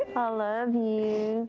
i love you.